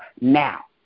now